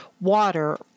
water